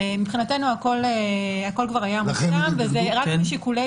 מבחינתנו הכול היה מוסכם וזה רק שיקולי